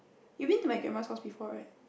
you been to my grandma's house before right